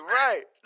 right